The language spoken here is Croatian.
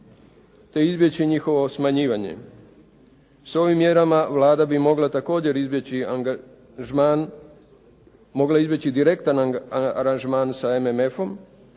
te izbjeći njihovo smanjivanje. S ovim mjerama Vlada bi mogla također izbjeći angažman,